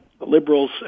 liberals